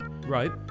Right